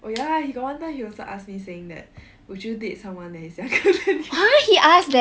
oh ya he got one time he also ask me saying that would you date someone that is younger than me